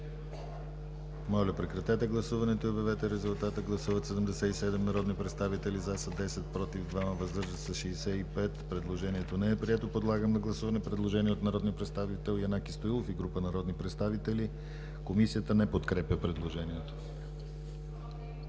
не е подкрепено от Комисията. Гласували 77 народни представители: за 10, против 2, въздържали се 65. Предложението не е прието. Подлагам на гласуване предложение от народния представител Янаки Стоилов и група народни представители – Комисията не подкрепя предложението.